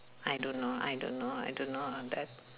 I don't know I don't know I don't know on that